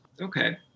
Okay